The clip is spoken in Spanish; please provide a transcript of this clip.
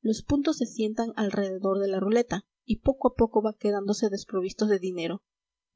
los puntos se sientan alrededor de la ruleta y poco a poco van quedándose desprovistos de dinero